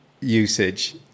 usage